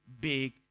big